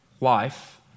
life